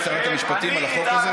חבל.